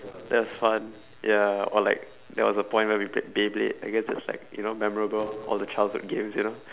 that's fun ya or like that was a point where we played beyblade I guess it's like you know memorable all the childhood games you know